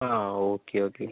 ആ okay okay